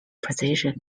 position